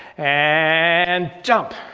and jump,